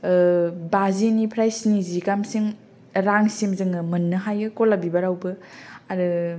बाजिनिफ्राय स्निजि गामसिम रांसिम जोङो मोननो हायो गलाब बिबारावबो आरो